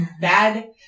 bad